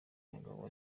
umugabo